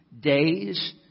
days